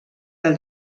del